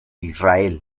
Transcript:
israel